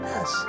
Yes